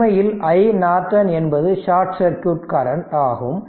உண்மையில் iNorton என்பது short circuit current ஆகும்